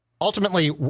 ultimately